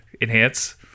Enhance